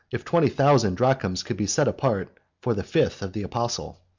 if twenty thousand drams could be set apart for the fifth of the apostle.